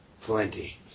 Plenty